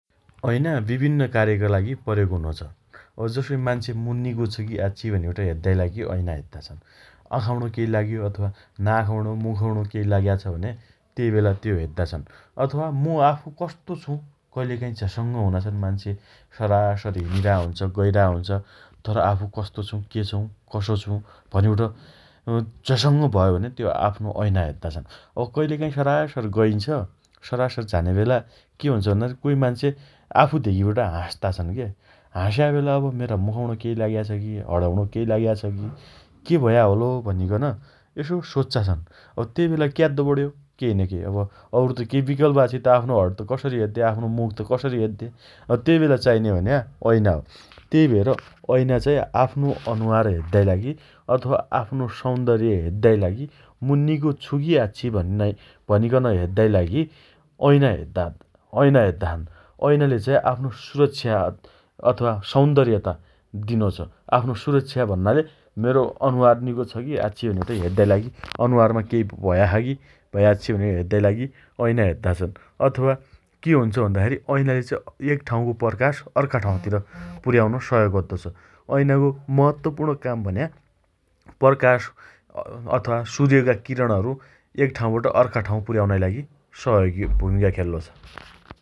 अइना विभिन्न कार्यका लागि प्रयोग हुनोछ । अब जसई मान्छे मु निको छु की आच्छि भनिबट हेद्दाइ लागि अइना हेद्दा छन् । आँखाम्णो केइ लाग्यो अथवा नाखौम्णो मुखौम्णो केइ लाग्या छ भने तेइबेला त्यो हेद्दा छन् । अथवा मु आफू कस्तो छु कइलेकाई झसङ्ग हुना छन् मान्छे । सरासर हिनिराख्या हुन्छ । गइराख्या हुन्छ । तर आफू कस्तो छु, के छु कसो छु, भनिबट अँ झसङ्ग भयो भने त्यो आफ्नो अइना हेद्दा छन् । अब कइलेकाइ सरासर गइन्छ । सरासर झाने बेला के हुन्छ भन्नाखेरी कोइ मान्छे आफू धेगिबट हास्ता छन् के । हास्याँ बेला अब मेरा मुखम्णो कइ लाग्या छकी हणम्णो केइ लाग्या छ की के भया होलो भनिकन यसो सोच्चा छन् । अब तेइ बेला क्याद्दो पण्यो? केइन केइ अब औरु त केइ विकल्प आच्छि । आफ्नो हण त कसरी हेद्दे? आफ्नो मुख त कसरी हेद्दे? अँ तेइबेला चाइने भन्या अइना हो । तेइ भएर अइना चाइ आफ्नो अनुहार हेद्दाइ लागि अथवा आफ्नो सौन्दर्य हेद्दाइ लागि मु निगो छु की आच्छि भन्नाइ भनिकन हेद्दाइ लागि अइना हेद्दान् अइना हेद्दा छन् । अइनाले चाई आफ्नो सुरक्षा अथवा सौन्दर्यता दिनोछ । आफ्नो सुरक्षा भन्नाले मेरो अनुहार निको छ की आच्छि भनि हेद्दाइ लागि अनुहारमा केही भया छ की भयाच्छि भनि हेद्दाइ लागि अइना हेद्दा छन् । अथवा के हुन्छ भन्दाखेरी अइनाले चाइ एक ठाउँको प्रकाश अर्का ठाउँतिर पुर्याउन सहयोग अद्दोछ । अइनाको महत्वपूर्ण काम भन्या प्रकाश अँ अथवा सुर्यका किरणहरु एकठाउँबाट अर्का ठाउँ पुर्याउनाइ लागि सहयोगी भूमिका खेल्लोछ ।